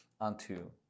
unto